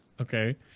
Okay